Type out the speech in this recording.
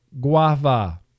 guava